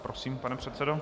Prosím, pane předsedo.